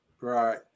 Right